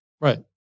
Right